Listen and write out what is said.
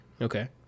okay